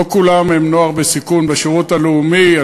לא כולם הם נוער בסיכון בשירות הלאומי.